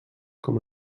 com